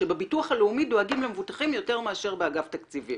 שבביטוח הלאומי דואגים למבוטחים יותר מאשר באגף תקציבים,